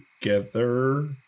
together